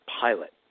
pilot